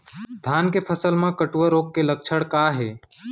धान के फसल मा कटुआ रोग के लक्षण का हे?